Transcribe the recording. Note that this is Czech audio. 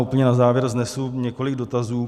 Úplně na závěr vznesu několik dotazů.